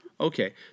Okay